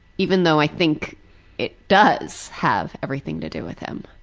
even though i think it does have everything to do with him.